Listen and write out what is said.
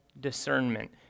discernment